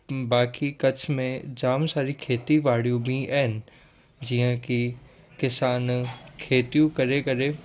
बाकी कच्छ में जाम सारी खेती ॿाड़ियूं बि आहिनि जीअं की किसान खेतियूं करे करे